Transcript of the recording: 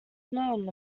known